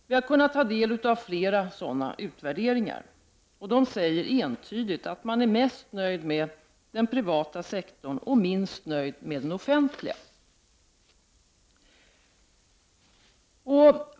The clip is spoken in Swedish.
Vi har kunnat ta del av flera sådana utvärderingar, och dessa säger säger entydigt att man är mest nöjd med den privata sektorn och minst nöjd med den offentliga.